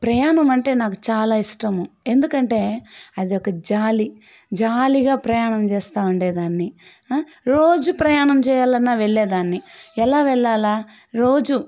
ప్రయాణం అంటే నాకు చాలా ఇష్టము ఎందుకంటే అదొక జాలీ జాలీగా ప్రయాణం చేస్తు ఉండేదాన్ని రోజూ ప్రయాణం చేయాలన్నా వెళ్ళేదాన్ని ఎలా వెళ్ళాలి రోజు